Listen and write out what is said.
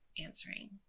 answering